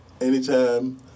anytime